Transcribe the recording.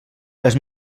les